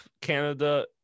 Canada